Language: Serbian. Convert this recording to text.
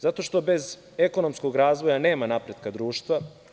Zato što bez ekonomskog razvoja nema napretka društva.